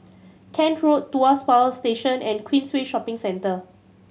Kent Road Tuas Power Station and Queensway Shopping Centre